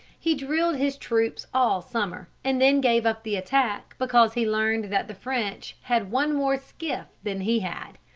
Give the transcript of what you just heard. he drilled his troops all summer, and then gave up the attack because he learned that the french had one more skiff than he had.